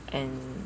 and